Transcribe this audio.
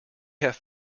have